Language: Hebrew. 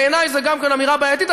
בעיני זו גם כן אמירה בעייתית,